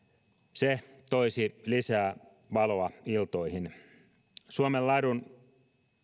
se toisi lisää valoa iltoihin suomen ladun